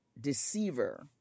deceiver